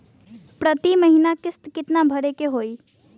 प्रति महीना किस्त कितना भरे के होई?